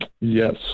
Yes